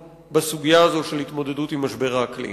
בסוגיה הזו של התמודדות עם משבר האקלים.